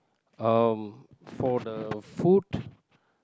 um for the food